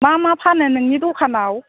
मा मा फानो नोंनि दखानाव